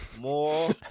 more